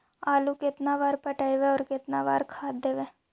आलू केतना बार पटइबै और केतना बार खाद देबै?